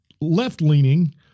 left-leaning